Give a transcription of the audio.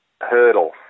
hurdle